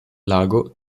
lago